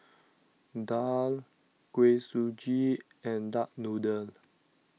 Daal Kuih Suji and Duck Noodle